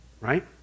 Right